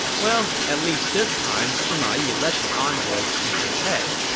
well, at least this time, sima yi let the envoy keep his head.